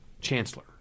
chancellor